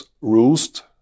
rules